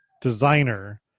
designer